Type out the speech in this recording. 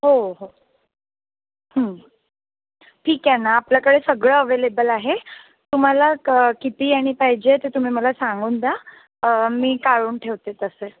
हो हो ठीक आहे ना आपल्याकडे सगळं अवेलेबल आहे तुम्हाला कं किती आणि पाहिजे ते तुम्ही मला सांगून द्या मी काढून ठेवते तसं